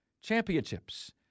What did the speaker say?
championships